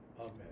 Amen